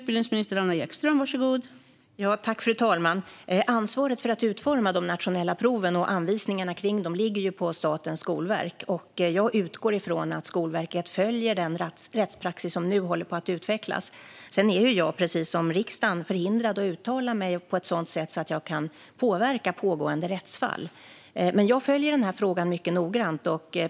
Fru talman! Ansvaret för att utforma de nationella proven och anvisningarna för dem ligger ju på Statens skolverk. Jag utgår från att Skolverket följer den rättspraxis som nu håller på att utvecklas. Sedan är jag, precis som riksdagen, förhindrad att uttala mig på ett sådant sätt att jag kan påverka pågående rättsfall. Men jag följer den här frågan mycket noggrant.